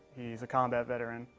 he's a combat veteran,